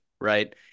right